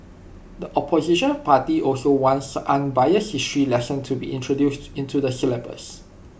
the opposition party also wants unbiased history lesson to be introduced into the syllabus